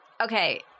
Okay